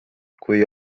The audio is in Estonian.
kui